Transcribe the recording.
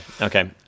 okay